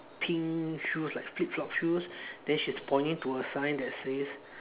pink shoes like flip flop shoes then she is pointing to a sign that says